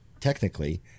technically